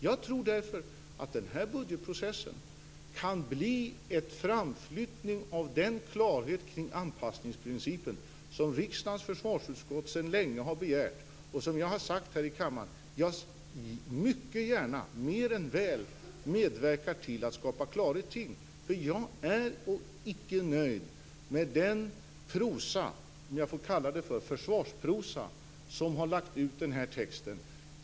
Jag tror därför att den här budgetprocessen kan bli en framflyttning av den klarhet kring anpassningsprincipen som riksdagens försvarsutskott sedan länge har begärt. Som jag har sagt här i kammaren medverkar jag mycket gärna och mer än väl till att skapa klarhet kring detta. Jag är icke nöjd med den prosa, som jag kan kalla försvarsprosa, där den här texten har lagts ut.